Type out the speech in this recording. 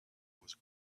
was